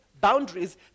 boundaries